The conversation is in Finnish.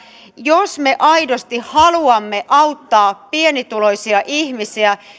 jos me aidosti haluamme auttaa pienituloisia ihmisiä